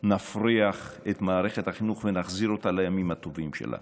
נפריח את מערכת החינוך ונחזיר אותה לימים הטובים שלה.